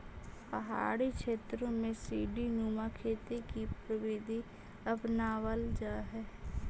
पहाड़ी क्षेत्रों में सीडी नुमा खेती की प्रविधि अपनावाल जा हई